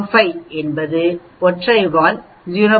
05 என்பது ஒற்றை வால் 0